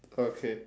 okay